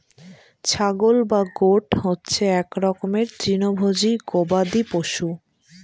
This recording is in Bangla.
ছাগল বা গোট হচ্ছে এক রকমের তৃণভোজী গবাদি পশু